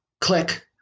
Click